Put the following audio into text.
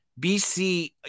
BC